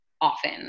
often